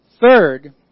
Third